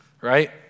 right